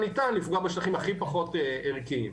הניתן לפגוע בשטחים הכי פחות ערכיים.